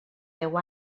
deu